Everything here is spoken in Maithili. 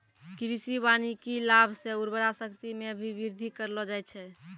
कृषि वानिकी लाभ से उर्वरा शक्ति मे भी बृद्धि करलो जाय छै